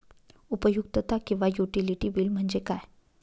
उपयुक्तता किंवा utility bill म्हणजे काय?